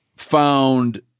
found